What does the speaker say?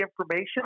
information